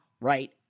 right